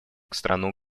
страну